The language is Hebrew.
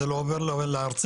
זה לא עובר לארצית,